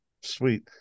sweet